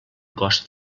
cost